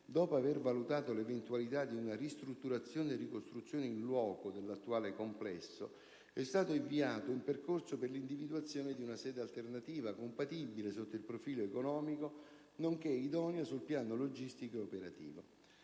dopo aver valutato l'eventualità di una ristrutturazione e ricostruzione *in loco* dell'attuale complesso, è stato avviato un percorso per l'individuazione di una sede alternativa, compatibile sotto il profilo economico, nonché idonea sul piano logistico e operativo.